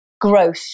growth